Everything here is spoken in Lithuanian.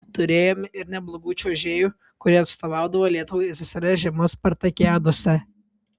turėjome ir neblogų čiuožėjų kurie atstovaudavo lietuvai ssrs žiemos spartakiadose